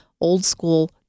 old-school